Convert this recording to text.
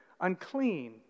unclean